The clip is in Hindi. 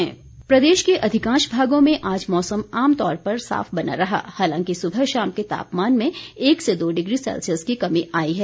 मौसम प्रदेश के अधिकांश भागों में आज मौसम आमतौर पर साफ बना रहा हालांकि सुबह शाम के तापमान में एक से दो डिग्री सैल्सियस की कमी आई है